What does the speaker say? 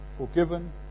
forgiven